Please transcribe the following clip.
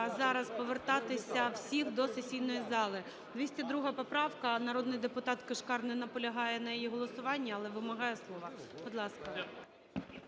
зараз повертатися всіх до сесійної зали. 202 поправка. Народний депутат Кишкар не наполягає на її голосуванні, але вимагає слова.